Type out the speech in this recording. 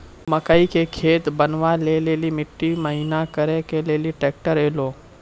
मकई के खेत बनवा ले ली मिट्टी महीन करे ले ली ट्रैक्टर ऐलो?